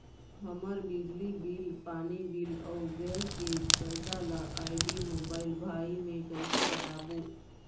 हमर बिजली बिल, पानी बिल, अऊ गैस के पैसा ला आईडी, मोबाइल, भाई मे कइसे पटाबो?